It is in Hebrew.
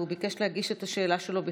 והוא ביקש להגיש את השאלה שלו בכתב.